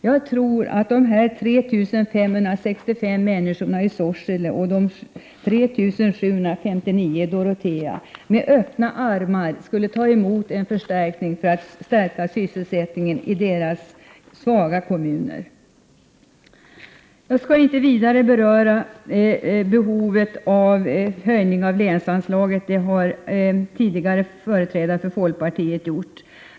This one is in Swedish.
Jag tror att de 3 565 människorna i Sorsele och de 3 759 människorna i Dorotea med öppna armar skulle ta emot en förstärkning för att öka sysselsättningen i deras svaga kommuner. Jag skall inte vidare beröra behovet av höjning av länsanslaget. Det har tidigare företrädare för folkpartiet redan gjort.